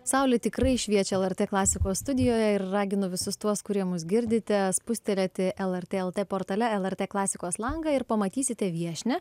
saulė tikrai šviečia lrt klasikos studijoje ir raginu visus tuos kurie mus girdite spustelėti lrt lt portale lrt klasikos langą ir pamatysite viešnią